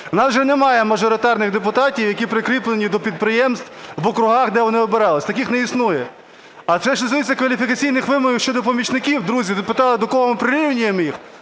В нас вже немає мажоритарних депутатів, які прикріплені до підприємств в округах, де вони обиралися, таких не існує. А що стосується кваліфікаційних вимог щодо помічників, друзі, тут питали, до кого ми прирівнюємо їх,